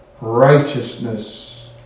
righteousness